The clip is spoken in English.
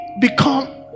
become